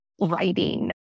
writing